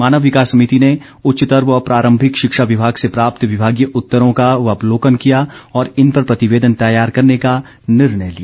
मानव विकास समिति ने उच्चतर व प्रारम्भिक शिक्षा विभाग से प्राप्त विभागीय उत्तरों का अवलोकन किया और इन पर प्रतिवेदन तैयार करने का निर्णय लिया